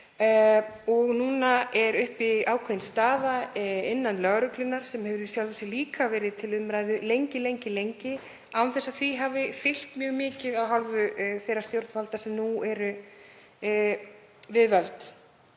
Og núna er uppi ákveðin staða innan lögreglunnar sem hefur í sjálfu sér líka verið til umræðu lengi án þess að því hafi fylgt mjög mikið af hálfu þeirra stjórnvalda sem nú eru við völd.